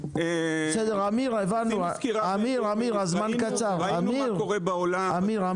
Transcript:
ראינו מה קורה בעולם.